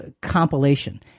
compilation